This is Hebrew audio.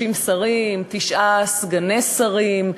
30 שרים, תשעה סגני שרים,